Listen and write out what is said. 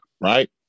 right